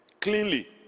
cleanly